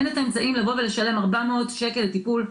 אין את האמצעים לשלם 400 ש"ח לטיפול,